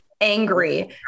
angry